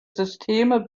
systeme